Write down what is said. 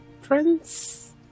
Friends